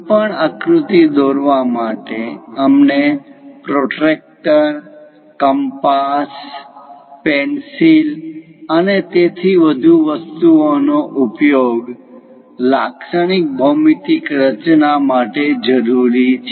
કોઈપણ આકૃતિ દોરવા માટે અમને પ્રોટેક્ટર protractors કોણમાપક કંપાસ compass કાગળ પર વર્તુળ દોરવાનું સાધન પેન્સિલ અને તેથી વધુ વસ્તુઓ નો ઉપયોગ લાક્ષણિક ભૌમિતિક રચના માટે જરૂર છે